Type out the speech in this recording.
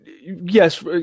yes